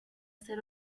ser